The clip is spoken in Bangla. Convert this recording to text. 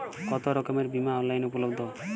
কতোরকমের বিমা অনলাইনে উপলব্ধ?